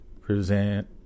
present